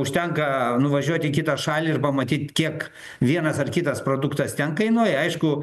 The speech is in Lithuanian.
užtenka nuvažiuot į kitą šalį ir pamatyt kiek vienas ar kitas produktas ten kainuoja aišku